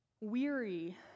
weary